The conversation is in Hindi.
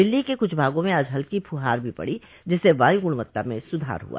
दिल्ली के कुछ भागों में आज हल्की फुहार भी पड़ी जिससे वायु गुणवत्ता में सुधार हुआ